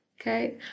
Okay